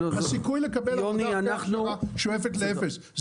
הסיכוי לקבל עבודה אחרי הכשרה שואף לאפס.